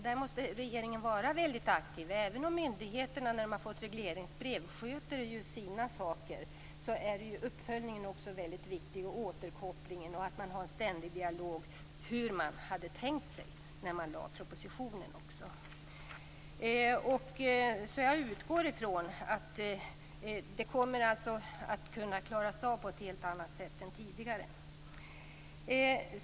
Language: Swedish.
Där måste regeringen vara aktiv. Även om myndigheterna efter att ha fått regleringsbrev sköter sina saker är uppföljningen och återkopplingen viktiga saker. Det gäller också att ständigt ha en dialog om hur man hade tänkt sig det hela när man lade propositionen. Jag utgår alltså från att detta kommer att kunna klaras av på ett helt annat sätt än tidigare.